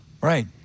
Right